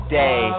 day